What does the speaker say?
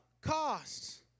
costs